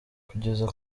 kugeza